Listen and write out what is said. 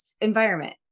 environment